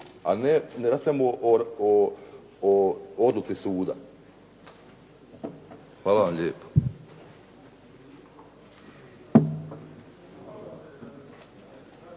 a ne raspravljamo o odluci suda. Hvala vam lijepa.